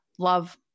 Love